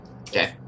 Okay